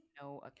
no